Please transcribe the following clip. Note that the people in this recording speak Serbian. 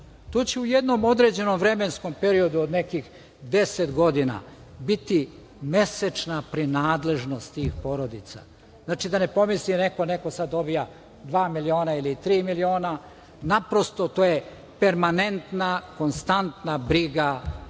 To će u jednom određenom vremenskom periodu od nekih 10 godina biti mesečna prenadležnost tih porodica. Znači, da ne pomisli neko da neko sada dobija dva miliona ili tri miliona. Naprosto, to je permanentna konstanta briga